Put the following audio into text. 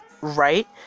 right